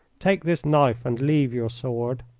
take this knife, and leave your sword.